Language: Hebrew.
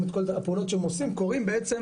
את כל הפעולות שהם עושים קוראים בעצם,